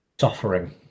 Suffering